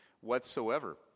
whatsoever